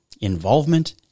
Involvement